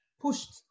pushed